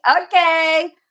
okay